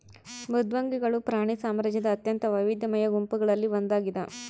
ಮೃದ್ವಂಗಿಗಳು ಪ್ರಾಣಿ ಸಾಮ್ರಾಜ್ಯದ ಅತ್ಯಂತ ವೈವಿಧ್ಯಮಯ ಗುಂಪುಗಳಲ್ಲಿ ಒಂದಾಗಿದ